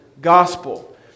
gospel